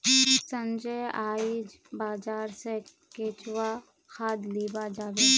संजय आइज बाजार स केंचुआ खाद लीबा जाबे